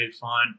fine